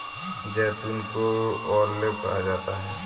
जैतून को ऑलिव कहा जाता है